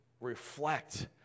reflect